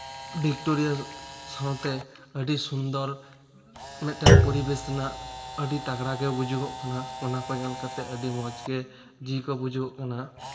Victoria ᱥᱟᱶᱛᱮ ᱟᱹᱰᱤ ᱥᱩᱱᱫᱚᱨ ᱢᱤᱫᱴᱮᱱ ᱯᱚᱨᱤᱵᱮᱹᱥ ᱨᱮᱱᱟᱜ ᱟᱹᱰᱤ ᱛᱟᱜᱽᱲᱟ ᱜᱮ ᱵᱩᱡᱩᱜᱚᱜ ᱠᱟᱱᱟ ᱚᱱᱟ ᱠᱚ ᱧᱮᱞ ᱠᱟᱛᱮᱜ ᱟᱹᱰᱤ ᱢᱚᱡᱽᱜᱮ ᱡᱤᱣᱤ ᱠᱚ ᱵᱩᱡᱩᱜᱚᱜ ᱠᱟᱱᱟ